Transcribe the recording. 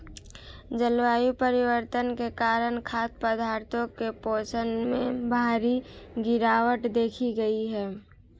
जलवायु परिवर्तन के कारण खाद्य पदार्थों के पोषण में भारी गिरवाट देखी गयी है